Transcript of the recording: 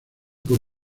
por